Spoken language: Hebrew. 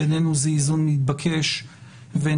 בעינינו זה איזון מתבקש ונכון,